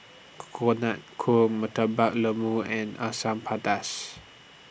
Coconut Ku Murtabak Lembu and Asam Pedas